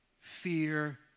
fear